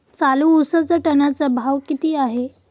चालू उसाचा टनाचा भाव किती आहे?